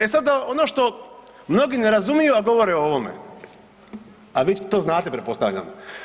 E sada ono što mnogi ne razumiju, a govore o ovome, a vi to znate pretpostavljam.